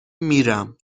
میرم